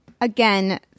again